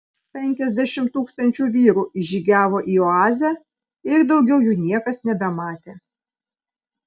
penkiasdešimt tūkstančių vyrų įžygiavo į oazę ir daugiau jų niekas nebematė